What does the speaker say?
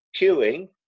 queuing